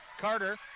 Carter